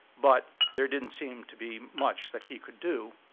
but there didn't seem to be much that he could do,